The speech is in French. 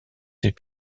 ses